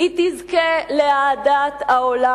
היא תזכה לאהדת העולם,